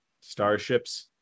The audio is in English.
starships